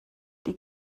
die